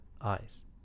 eyes